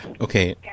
Okay